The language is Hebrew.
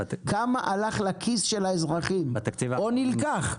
כמה הלך לכיס של האזרחים או נלקח?